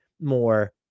more